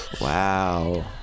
wow